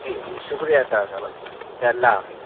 جی جی شکریہ اسرار صاحب اچھا اللہ حافظ